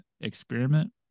experiment